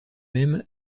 même